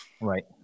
Right